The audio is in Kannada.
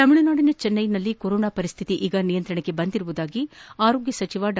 ತಮಿಳುನಾದಿನ ಚೆನ್ಟೈನಲ್ಲಿ ಕೊರೋನಾ ಪರಿಸ್ಡಿತಿ ಈಗ ನಿಯಂತ್ರಣಕ್ಕೆ ಬಂದಿರುವುದಾಗಿ ಆರೋಗ್ಯ ಸಚಿವ ಡಾ